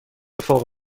فوق